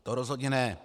To rozhodně ne.